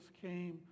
came